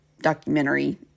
documentary